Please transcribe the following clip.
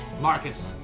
Marcus